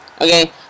okay